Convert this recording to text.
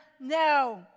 no